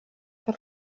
per